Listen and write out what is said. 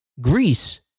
Greece